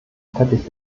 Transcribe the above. teppich